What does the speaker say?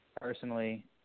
personally